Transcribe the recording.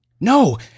no